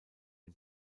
den